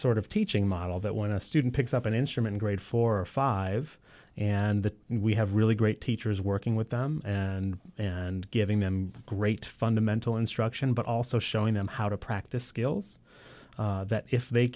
sort of teaching model that when a student picks up an instrument grade four or five and that we have really great teachers working with them and and giving them great fundamental instruction but also showing them how to practice skills that if they